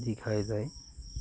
দীঘায় যায়